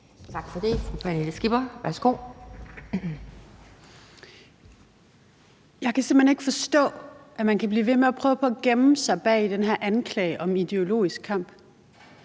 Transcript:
Værsgo. Kl. 12:25 Pernille Skipper (EL): Jeg kan simpelt hen ikke forstå, at man kan blive ved med at prøve på at gemme sig bag den her anklage om ideologisk kamp.